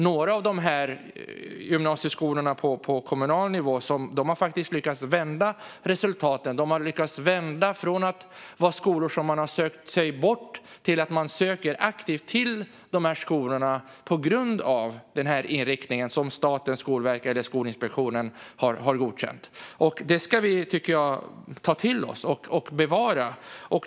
Några av de här gymnasieskolorna på kommunal nivå har faktiskt lyckats vända resultaten från att vara skolor som man har sökt sig bort från till att man söker sig aktivt till dem för att de har den inriktning som statens skolverk eller Skolinspektionen har godkänt. Det tycker jag att vi ska ta till oss och bevara.